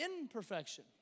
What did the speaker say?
imperfection